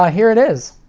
ah here it is.